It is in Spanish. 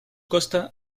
costa